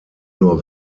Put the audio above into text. nur